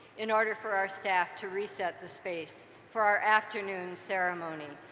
in order for our staff to reset the space for our afternoon ceremony.